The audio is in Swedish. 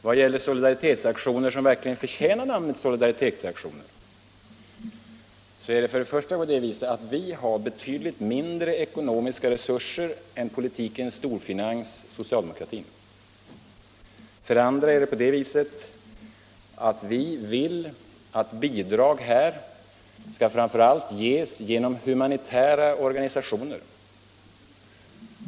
Vad gäller solidaritetsaktioner som verkligen förtjänar namnet solidaritetsaktioner är det för det första så att vi har betydligt mindre ekonomiska resurser än politikens storfinans, socialdemokratin. För det andra vill vi att bidrag framför allt skall ges genom humanitära organisationer.